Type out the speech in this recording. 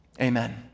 amen